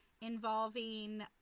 involving